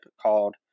called